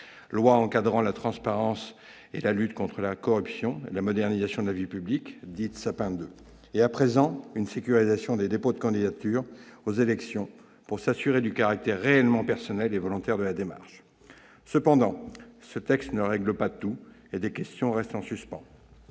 loi relative à la transparence, à la lutte contre la corruption et à la modernisation de la vie économique, dite loi Sapin II ; sécurisation aujourd'hui des dépôts de candidatures aux élections afin de vérifier le caractère réellement personnel et volontaire de la démarche. Cependant, ce texte ne règle pas tout et des questions restent en suspens.